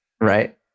right